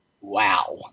Wow